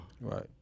Right